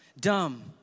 dumb